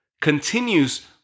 continues